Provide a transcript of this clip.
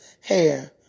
hair